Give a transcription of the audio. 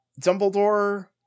dumbledore